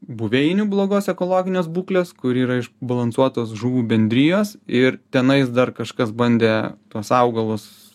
buveinių blogos ekologinės būklės kur yra išbalansuotos žuvų bendrijos ir tenai dar kažkas bandė tuos augalus